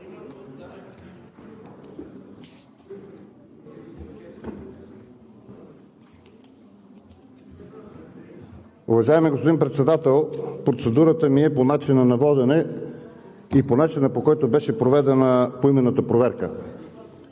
Уважаеми господин Председател, процедурата ми е по начина на водене и по начина, по който беше проведена поименната проверка.